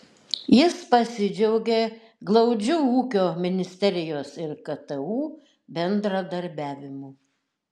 jis pasidžiaugė glaudžiu ūkio ministerijos ir ktu bendradarbiavimu